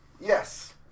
Yes